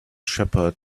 shepherd